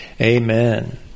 Amen